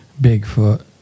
Bigfoot